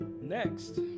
Next